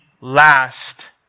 last